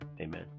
Amen